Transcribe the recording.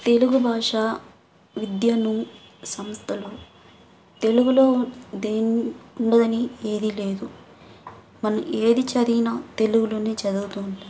తెలుగు భాష విద్యను సంస్థలు తెలుగులో దీన్ ఉండదని ఏదీ లేదు మనం ఏది చదివినా తెలుగులోనే చదువుతూ ఉంటాం